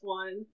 one